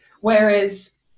Whereas